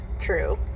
True